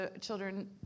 children